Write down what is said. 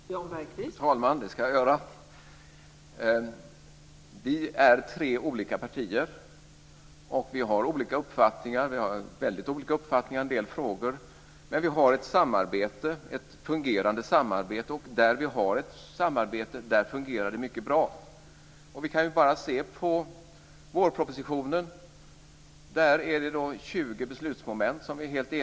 Fru talman! Det ska jag göra. Vi är tre olika partier. Vi har väldigt olika uppfattningar i en del frågor, men vi har ett fungerande samarbete. Där vi har ett samarbete fungerar det mycket bra. Vi kan ju bara se på vårpropositionen. Där är vi helt eniga om 20 beslutsmoment.